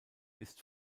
ist